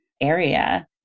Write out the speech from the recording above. area